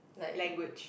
language